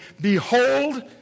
Behold